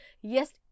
Yes